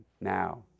now